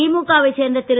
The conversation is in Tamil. திமுகவை சேர்ந்த திரு